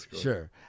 sure